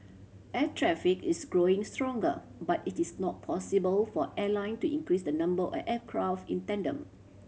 air traffic is growing stronger but it is not possible for airline to increase the number of aircraft in tandem